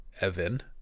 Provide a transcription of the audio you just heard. Evan